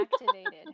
activated